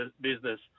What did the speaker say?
business